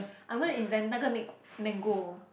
I'm gonna invent that gonna make mango